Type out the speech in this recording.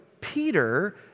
Peter